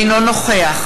אינו נוכח